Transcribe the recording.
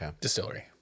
distillery